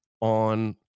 on